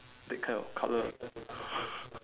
that kind of colour